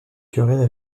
querelles